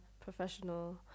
professional